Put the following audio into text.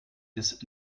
bis